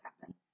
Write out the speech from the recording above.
happen